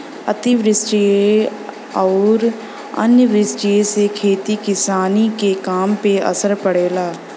अतिवृष्टि अउरी अनावृष्टि से खेती किसानी के काम पे असर पड़ेला